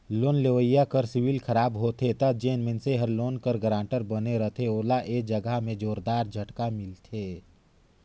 loan लेवइया कर civil खराब होथे ता जेन मइनसे हर लोन कर गारंटर बने रहथे ओला ए जगहा में जोरदार झटका मिलथे